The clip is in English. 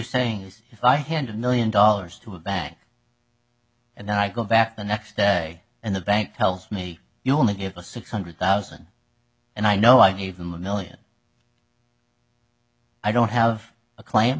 if i handed a million dollars to a bank and then i go back the next day and the bank tells me you only have a six hundred thousand and i know i gave them a million i don't have a claim